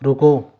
رکو